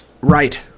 right